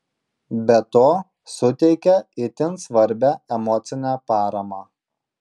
be to suteikia itin svarbią emocinę paramą